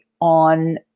on